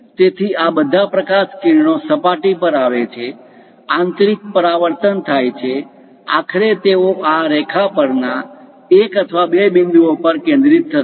તેથી આ બધા પ્રકાશ કિરણો સપાટી પર આવે છે આંતરિક પરાવર્તન થાય છે આખરે તેઓ આ રેખા પરના એક અથવા બે બિંદુ ઓ પર કેન્દ્રિત થશે